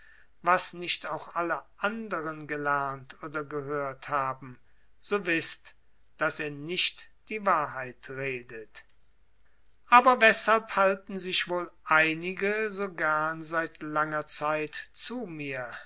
was nicht auch alle anderen gelernt oder gehört haben so wißt daß er nicht die wahrheit redet aber weshalb halten sich wohl einige so gern seit langer zeit zu mir